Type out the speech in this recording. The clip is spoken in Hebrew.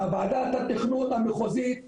ועדת התכנון המחוזית והרט"ג,